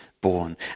born